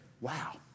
Wow